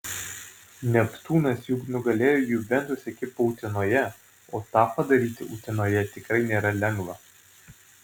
neptūnas juk nugalėjo juventus ekipą utenoje o tą padaryti utenoje tikrai nėra lengva